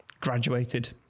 graduated